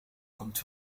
komt